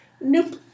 Nope